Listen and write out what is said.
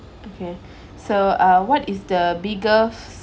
okay so uh what is the biggest